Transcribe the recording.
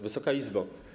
Wysoka Izbo!